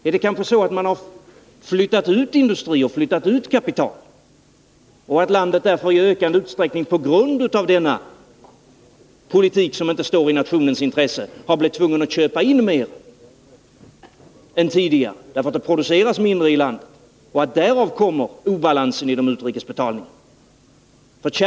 Är det kanske så att man flyttat ut industrier och kapital och att landet därför i ökad utsträckning på grund av denna politik — som inte står i nationens intresse och som lett till att det produceras mindre i landet — blivit tvungen att köpa in mer än tidigare och att obalansen i de utrikes betalningarna kommer av det?